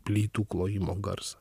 plytų klojimo garsą